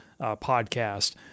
podcast